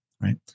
right